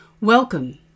Welcome